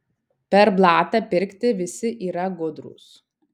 per blatą pirkti visi yra gudrūs